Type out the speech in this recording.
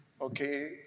okay